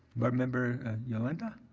board member yolanda.